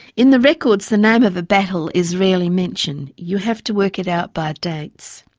in the records, the name of a battle is rarely mentioned, you have to work it out by dates.